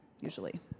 usually